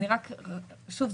שוב,